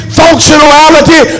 functionality